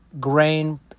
grain